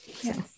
Yes